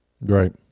right